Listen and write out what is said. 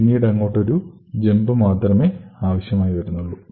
പിന്നീടങ്ങോട്ട് actual അഡ്രസ്സിലേക്കുള്ള ഒരു jump മാത്രമേ ആവശ്യമായി വരുന്നുള്ളൂ